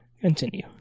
continue